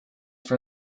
for